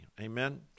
Amen